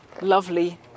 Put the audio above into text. lovely